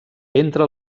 entre